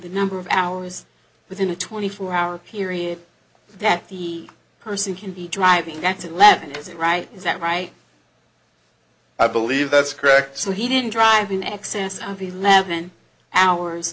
the number of hours within a twenty four hour period that the person can be driving that's eleven is it right is that right i believe that's correct so he didn't drive in excess of eleven hours